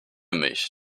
mich